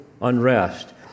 unrest